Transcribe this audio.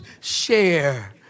Share